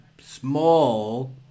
small